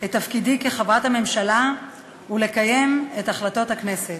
את תפקידי כחברת הממשלה ולקיים את החלטות הכנסת.